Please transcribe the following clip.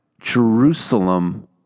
Jerusalem